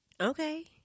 Okay